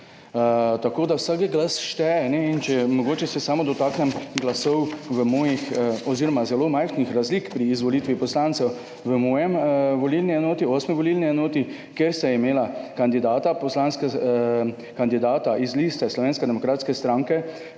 Tako da, vsak glas šteje. Če mogoče se samo dotaknem glasov v mojih oziroma zelo majhnih razlik pri izvolitvi poslancev v moji volilni enoti, 8 volilni enoti, kjer sta imela kandidata, poslanska kandidata iz liste Slovenske demokratske stranke,